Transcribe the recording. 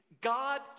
God